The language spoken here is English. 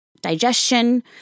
digestion